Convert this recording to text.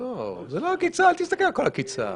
זה לא תפקיד של הצבא,